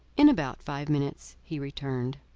in about five minutes he returned.